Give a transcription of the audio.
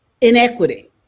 inequity